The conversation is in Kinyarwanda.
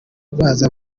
bazaza